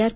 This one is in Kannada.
ಆರ್